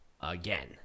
again